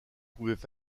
pouvaient